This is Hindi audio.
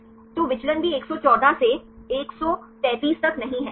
तो विचलन भी 114 से 133 तक नहीं है सही